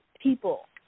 people